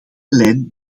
lijn